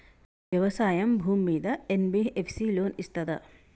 వ్యవసాయం భూమ్మీద NBFS loan ఇస్తదా?